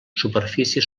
superfície